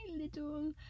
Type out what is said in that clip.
little